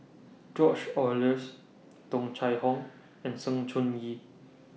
George Oehlers Tung Chye Hong and Sng Choon Yee